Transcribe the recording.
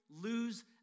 lose